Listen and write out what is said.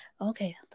okay